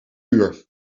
uur